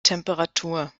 temperatur